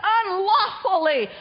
unlawfully